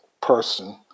person